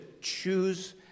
choose